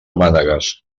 mànegues